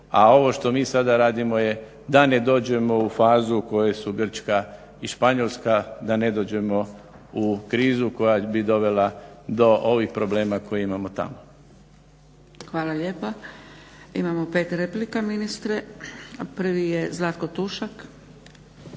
a ovo što mi sada radimo je da ne dođemo u fazu u kojoj su Grčka i Španjolska, da ne dođemo u krizu koja bi dovela do ovih problema koje imamo tamo. **Zgrebec, Dragica (SDP)** Hvala lijepa. Imamo 5 replika ministre. Prvi je Zlatko Tušak.